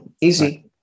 Easy